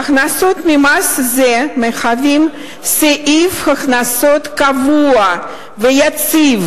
ההכנסות ממס זה מהוות סעיף הכנסות קבוע ויציב